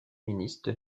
ministres